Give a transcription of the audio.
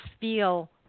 feel